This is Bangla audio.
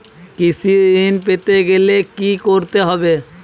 কৃষি ঋণ পেতে গেলে কি করতে হবে?